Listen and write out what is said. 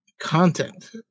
Content